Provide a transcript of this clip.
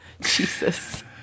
Jesus